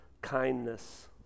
kindness